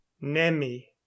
Nemi